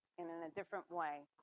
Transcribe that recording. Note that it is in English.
in a different way.